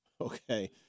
okay